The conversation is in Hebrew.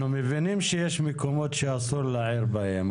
אנחנו יודעים שיש מקומות שאסור להעיר בהם,